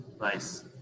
nice